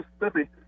Mississippi